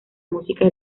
música